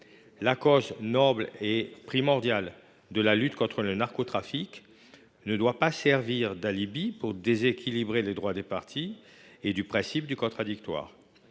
La cause noble de la lutte contre le narcotrafic ne doit pas servir d’alibi pour déséquilibrer les droits des parties et le principe du contradictoire.